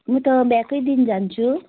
म त बिहाकै दिन जान्छु